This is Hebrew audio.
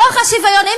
בתוך השוויון,